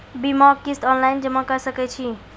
बीमाक किस्त ऑनलाइन जमा कॅ सकै छी?